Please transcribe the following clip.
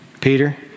Peter